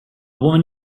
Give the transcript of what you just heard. woman